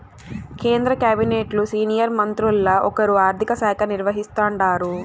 కేంద్ర కాబినెట్లు సీనియర్ మంత్రుల్ల ఒకరు ఆర్థిక శాఖ నిర్వహిస్తాండారు